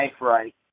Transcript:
right